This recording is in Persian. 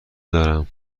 دارم